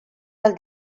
del